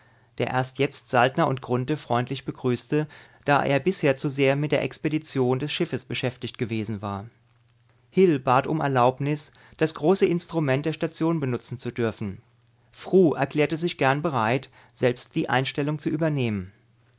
der erst jetzt saltner und grunthe freundlich begrüßte da er bisher zu sehr mit der expedition des schiffes beschäftigt gewesen war hil bat um erlaubnis das große instrument der station benutzen zu dürfen fru erklärte sich gern bereit selbst die einstellung zu übernehmen